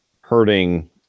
hurting